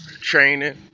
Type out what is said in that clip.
training